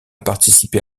participé